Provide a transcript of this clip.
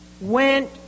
Went